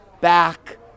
back